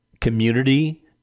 community